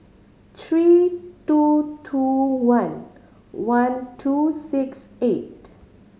three two two one one two six eight